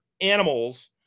animals